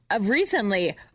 recently